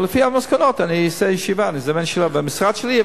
אבל לפי המסקנות אני אעשה ישיבה במשרד שלי,